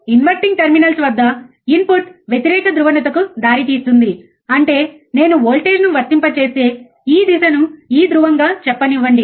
ఇప్పుడు inverting terminals వద్ద input వ్యతిరేక ధ్రువణతకు దారితీస్తుంది అంటే నేను వోల్టేజ్ను వర్తింపజేస్తే ఈ దశను ఈ ధ్రువంగా చెప్పనివ్వండి